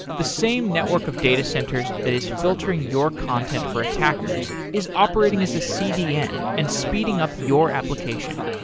the same network of datacenters that is filtering your content for attackers is operating as a cdn and speeding up your application.